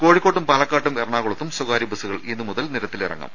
കോഴിക്കോട്ടും പാലക്കാട്ടും എറണാകുളത്തും സ്വകാര്യബസ്സുകൾ ഇന്നുമുതൽ നിരത്തിലിറങ്ങും